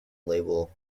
label